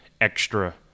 extra